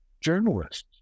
Journalists